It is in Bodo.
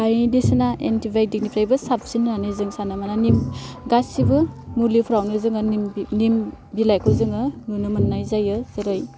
बायदिसिना एन्टिबायटिगनिफ्रायबो साबसिन होन्नानै जों सानो मानोना निम गासिबो मुलिफ्रावनो जोङो निम बि निम बिलाइखौ जोङो नुनो मोन्नाय जायो जेरै